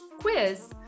quiz